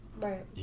right